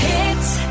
Hits